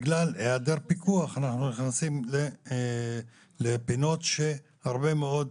בגלל היעדר פיקוח אנחנו נכנסים לפינות שהרבה מאוד